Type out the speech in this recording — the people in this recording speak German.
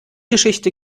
geschichte